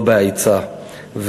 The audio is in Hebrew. לא בהיצע,